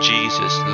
Jesus